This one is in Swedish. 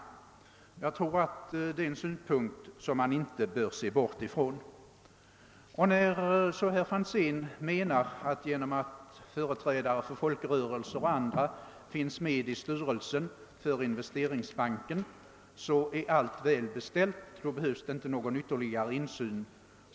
Detta är en synpunkt som jag tycker att man inte bör se bort från. Herr Franzén menar att genom att företrädare för folkrörelser och andra organisationer finns med i styrelsen för Investeringsbanken är allt väl beställt och att det inte behövs någon ytterligare insyn.